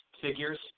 figures